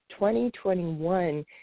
2021